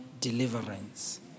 deliverance